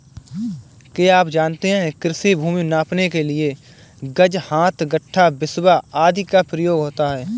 क्या आप जानते है कृषि भूमि नापने के लिए गज, हाथ, गट्ठा, बिस्बा आदि का प्रयोग होता है?